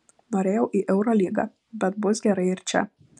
norėjau į eurolygą bet bus gerai ir čia